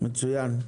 מצוין.